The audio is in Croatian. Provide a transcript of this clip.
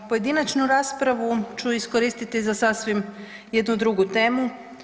Pojedinačnu raspravu ću iskoristiti za sasvim jednu drugu temu.